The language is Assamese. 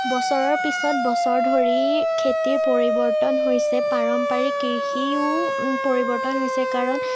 বছৰৰ পাছত বছৰ ধৰি খেতিৰ পৰিবৰ্তন হৈছে খেতিৰ পাৰম্পৰিক কৃষিও পৰিবৰ্তন হৈছে কাৰণ